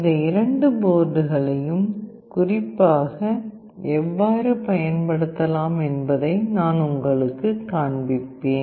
இந்த இரண்டு போர்டுகளையும் குறிப்பாக எவ்வாறு பயன்படுத்தலாம் என்பதை நான் உங்களுக்குக் காண்பிப்பேன்